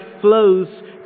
flows